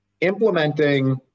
Implementing